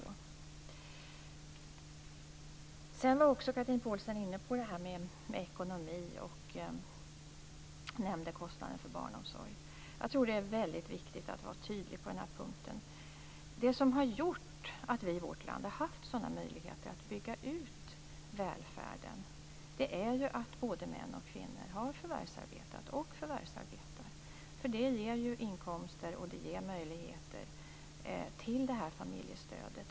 Chatrine Pålsson var också inne på detta med ekonomi. Hon nämnde kostnaden för barnsomsorgen. Det är väldigt viktigt att vara tydlig på den här punkten. Det som har gjort att vi i vårt land har haft möjligheter att bygga ut välfärden är att både män och kvinnor har förvärvsarbetat och förvärvsarbetar, för det ger ju inkomster och möjligheter till familjestöd.